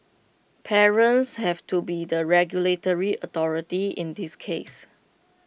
parents have to be the regulatory authority in this case